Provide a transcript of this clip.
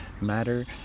matter